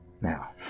Now